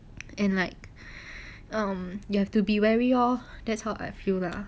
and like um you have to be wary lor that's how I feel lah